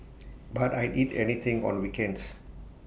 but I'd eat anything on weekends